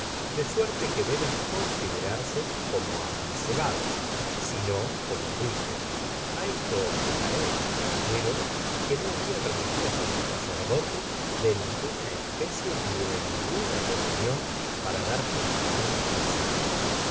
de suerte que deben considerarse content from google book search generated at como amancebados si no oomo adúlteros a esto objetareis caballero que no habia religioso ni sacerdote de ninguna especie ni de ninguna comunion para dar cumplimiento á la ceremonia